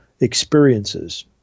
experiences